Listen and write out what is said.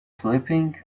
sleeping